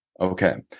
Okay